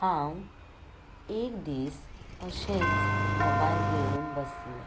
हांव एक दीस अशेंच मोबायल घेवन बसलें